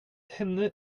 henne